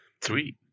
Sweet